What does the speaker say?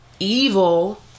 evil